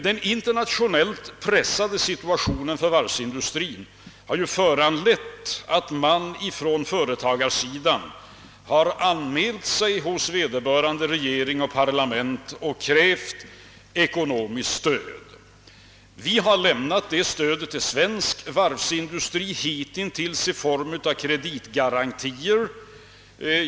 Den internationellt pressade situationen för varvsindustrin har ju föranlett att företagarna anmält sig hos vederbörande regering och parlament och krävt ekonomiskt stöd. Vi har lämnat det stödet till svensk varvsindustri hitintills i form av kreditgarantier.